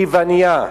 היא יוונייה,